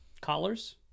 collars